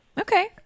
Okay